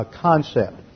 concept